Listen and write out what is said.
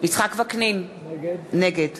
יצחק וקנין, נגד